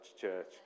church